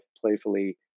playfully